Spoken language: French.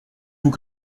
vous